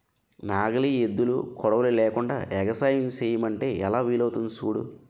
నాగలి, ఎద్దులు, కొడవలి లేకుండ ఎగసాయం సెయ్యమంటే ఎలా వీలవుతాది సూడు